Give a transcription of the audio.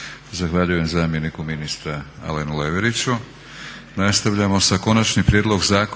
Zahvaljujem zamjeniku ministra Alenu Leveriću.